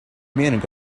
meaning